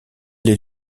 les